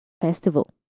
Festival